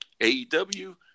AEW